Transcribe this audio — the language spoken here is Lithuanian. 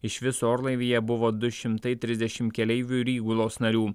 iš viso orlaivyje buvo du šimtai trisdešim keleivių ir įgulos narių